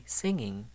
singing